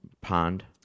pond